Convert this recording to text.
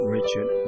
Richard